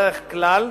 דרך כלל,